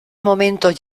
momentos